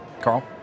Carl